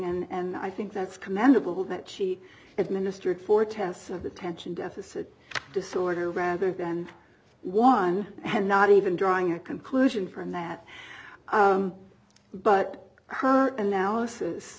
testing and i think that's commendable that she administered for tests of attention deficit disorder rather than one and not even drawing a conclusion from that but her analysis